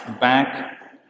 back